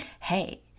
Hey